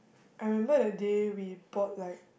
I remember that day we bought like